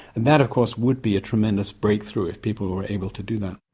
and that of course would be a tremendous breakthrough if people were able to do that.